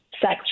sex